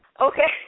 Okay